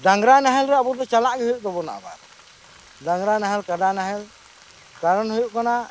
ᱰᱟᱝᱨᱟ ᱱᱟᱦᱮᱞ ᱨᱮ ᱟᱵᱚ ᱫᱚ ᱪᱟᱞᱟᱜ ᱜᱮ ᱦᱩᱭᱩᱜ ᱛᱟᱵᱚᱱᱟ ᱟᱵᱟᱨ ᱰᱟᱝᱨᱟ ᱱᱟᱦᱮᱞ ᱠᱟᱰᱟ ᱱᱟᱦᱮᱞ ᱠᱟᱨᱚᱱ ᱦᱩᱭᱩᱜ ᱠᱟᱱᱟ